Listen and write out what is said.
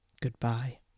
Goodbye